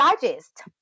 Digest